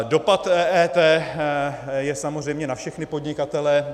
Dopad EET je samozřejmě na všechny podnikatele.